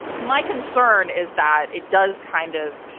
my concern is that it does kind of.